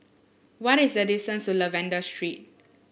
what is the distance to Lavender Street